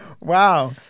wow